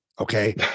okay